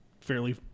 fairly